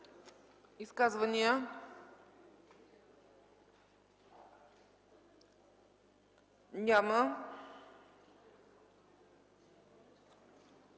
Изказвания? Няма.